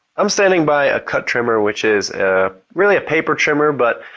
i'm standing by a cut trimmer which is really a paper trimmer but